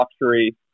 luxury